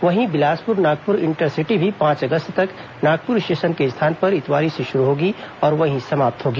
वहीं बिलासपुर नागपुर इंटरसिटी भी पांच अगस्त तक नागपुर स्टेशन के स्थान पर इतवारी से शुरू होगी और वहीं समाप्त होगी